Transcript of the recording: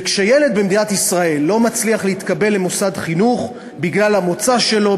וכשילד במדינת ישראל לא מצליח להתקבל למוסד חינוך בגלל המוצא שלו,